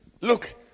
Look